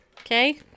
okay